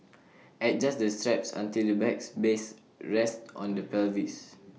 adjust the straps until the bag's base rests on the pelvis